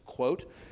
quote